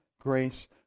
grace